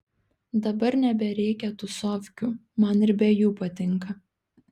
dabar nebereikia tūsovkių man ir be jų patinka